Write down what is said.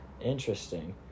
Interesting